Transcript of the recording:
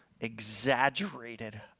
exaggerated